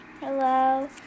Hello